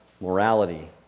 morality